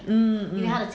mmhmm